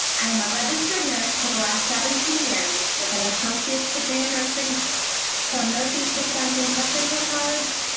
i am a registered nurse for the last seventeen years with an associates degree in nursing from northeast wisconsin technical college,